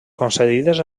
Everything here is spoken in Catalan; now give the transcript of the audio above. concedides